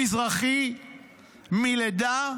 מזרחי מלידה: